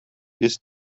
ist